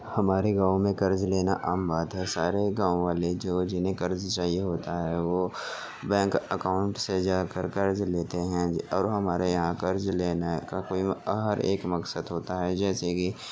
ہمارے گاؤں میں قرض لینا عام بات ہے سارے گاؤں والے جو جنہیں قرض چاہیے ہوتا ہے وہ بینک اكاؤنٹ سے جا كر قرض لیتے ہیں اور ہمارے یہاں قرض لینا کا کوئی ایک مقصد ہوتا ہے جیسے کہ